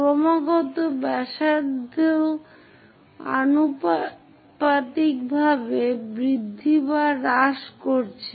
ক্রমাগত ব্যাসার্ধ আনুপাতিকভাবে বৃদ্ধি বা হ্রাস করছে